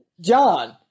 John